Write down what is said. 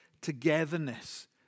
togetherness